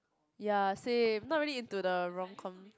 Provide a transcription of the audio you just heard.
ya same not really into the romcom